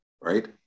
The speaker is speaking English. Right